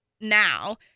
now